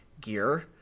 gear